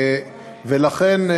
לכן,